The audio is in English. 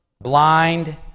blind